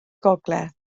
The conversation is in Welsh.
gogledd